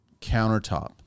countertop